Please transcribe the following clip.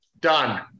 done